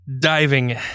diving